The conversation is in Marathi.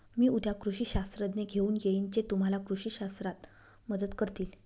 मी उद्या कृषी शास्त्रज्ञ घेऊन येईन जे तुम्हाला कृषी शास्त्रात मदत करतील